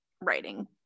writing